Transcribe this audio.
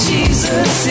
Jesus